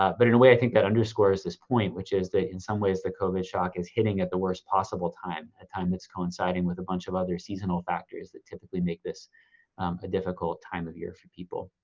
ah but in a way i think that underscores this point, which is that, in some ways the covid shock is hitting at the worst possible time a time that's coinciding with a bunch of other seasonal factors that typically make this a difficult time of year for people.